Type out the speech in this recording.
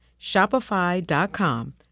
Shopify.com